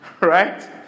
Right